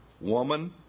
Woman